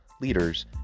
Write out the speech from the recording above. leaders